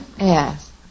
Yes